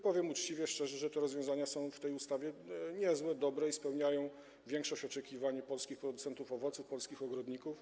Powiem uczciwie, szczerze, że rozwiązania zawarte w tej ustawie są niezłe, dobre i spełniają większość oczekiwań polskich producentów owoców, polskich ogrodników.